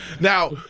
Now